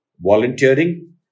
Volunteering